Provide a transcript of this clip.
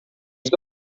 els